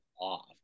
off